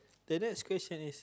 the next question is